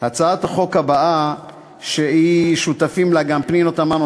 איתן כבל, הצעת חוק הגנת הצרכן (תיקון, סיום או